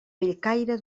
bellcaire